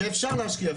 ואפשר להשקיע,